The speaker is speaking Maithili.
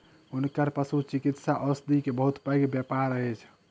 हुनकर पशुचिकित्सा औषधि के बहुत पैघ व्यापार अछि